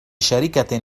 شركة